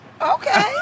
Okay